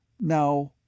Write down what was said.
Now